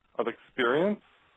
of experience,